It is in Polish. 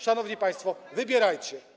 Szanowni państwo, wybierajcie.